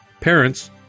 Parents